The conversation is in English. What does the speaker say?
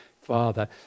father